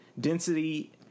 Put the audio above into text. density